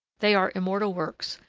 they are immortal works,